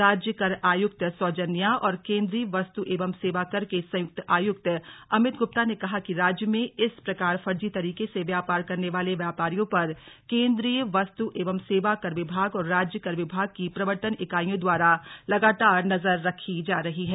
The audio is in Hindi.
राज्य कर आयुक्त सौजन्या और केंद्रीय वस्तु एवं सेवा कर के संयुक्त आयुक्त अमित गुप्ता ने कहा कि राज्य में इस प्रकार फर्जी तरीके से व्यापार करने वाले व्यापारियों पर केंद्रीय वस्तु एवं सेवा कर विभाग और राज्य कर विभाग की प्रवर्तन इकाइयों द्वारा लगातार नजर रखी जा रही है